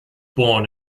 born